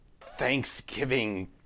Thanksgiving